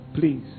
please